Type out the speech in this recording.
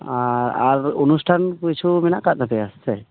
ᱟᱨ ᱟᱨ ᱚᱱᱩᱥᱴᱷᱟᱱ ᱠᱤᱪᱷᱩ ᱢᱮᱱᱟᱜ ᱠᱟᱸᱜ ᱛᱟᱯᱮᱭᱟ ᱥᱮ